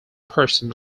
person